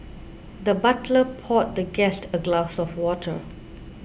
the butler poured the guest a glass of water